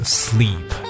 sleep